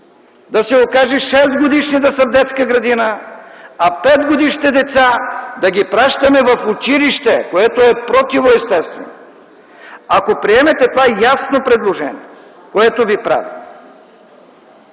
да се окаже 6-годишни да бъдат в детската градина, а 5-годишните деца да ги пращаме в училище, което е противоестествено! Ако приемете това ясно предложение, което правим,